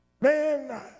man